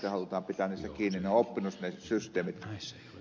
ne ovat oppineet ne systeemit